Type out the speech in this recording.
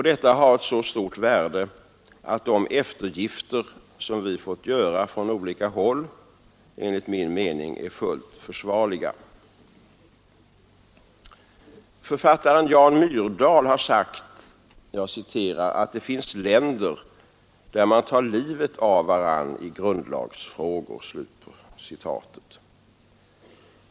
Detta har ett så stort egenvärde att de eftergifter, som vi fått göra från olika håll, enligt min mening är fullt försvarliga. Författaren Jan Myrdal har sagt ”att det finns länder där man tar livet av varann i grundlagsfrågor”.